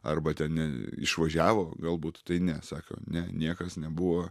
arba ten n išvažiavo galbūt tai ne sako ne niekas nebuvo